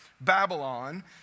Babylon